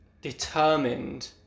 determined